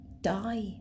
die